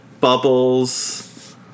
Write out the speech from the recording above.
bubbles